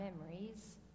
memories